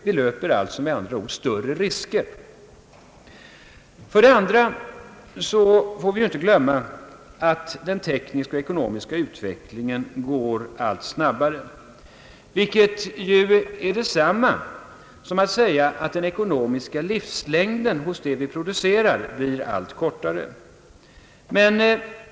Vi löper med andra ord större risker. För det andra får vi inte glömma, att den tekniska och ekonomiska utvecklingen går allt snabbare, vilket är detsamma som att säga, att den ekonomiska livslängden hos det som vi producerar blir allt kortare.